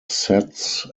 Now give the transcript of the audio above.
sets